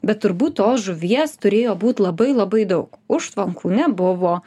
bet turbūt tos žuvies turėjo būt labai labai daug užtvankų nebuvo